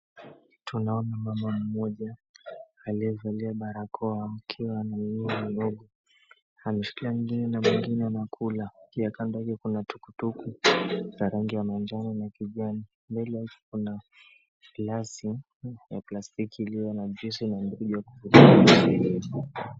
Tunaona mama mmoja aliyevalia barakoa akiwa na yeye mdogo. Amemshikia mwingine na mwingine anakula. Pia kando hivi kuna tukutuku za rangi ya manjano na kijani. Mbele yake kuna glasi ya plastiki iliyo na juisi na mwingine akifuatilia.